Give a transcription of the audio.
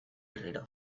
herrira